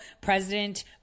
President